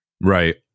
Right